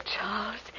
Charles